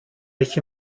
mich